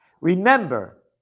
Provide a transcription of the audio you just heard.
Remember